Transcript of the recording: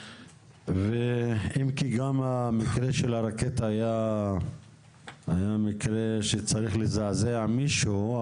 אם כי גם המקרה של הרקטה היה מקרה שצריך לזעזע מישהו,